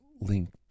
linked